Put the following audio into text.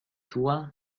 toi